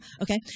Okay